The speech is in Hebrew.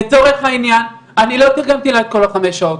לצורך העניין, אני לא תרגמתי לה את כל החמש שעות.